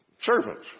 servants